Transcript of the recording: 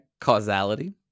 Causality